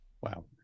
Wow